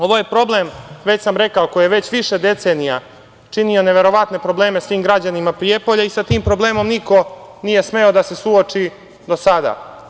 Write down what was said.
Ovo je problem, već sam rekao, koji je već više decenija činio neverovatne probleme svim građanima Prijepolja i sa tim problemom niko nije smeo da se suoči do sada.